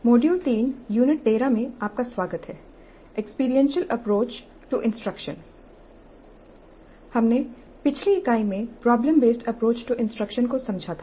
module 3 unit 13 में आपका स्वागत है एक्सपीरियंशियल अप्रोच टू इंस्ट्रक्शन हमने पिछली इकाई में problem based approach to instruction को समझा था